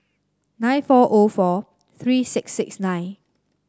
nine four O four three six six nine